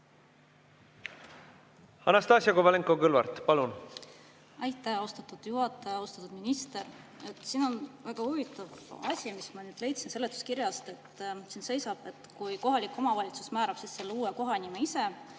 Anastassia Kovalenko-Kõlvart, palun! Aitäh, austatud juhataja! Austatud minister! Siin on väga huvitav asi, mille ma nüüd leidsin seletuskirjast. Siin seisab, et kui kohalik omavalitsus määrab selle uue kohanime ise,